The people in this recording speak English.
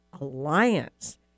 Alliance